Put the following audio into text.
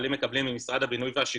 שחיילים מקבלים ממשרד הבינוי והשיכון,